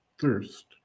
thirst